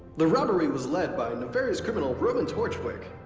the robbery was led by nefarious criminal roman torchwick,